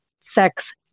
sex